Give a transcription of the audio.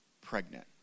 pregnant